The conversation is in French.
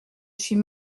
suis